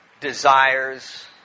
desires